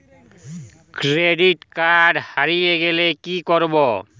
Credit card হারিয়ে গেলে কি করব?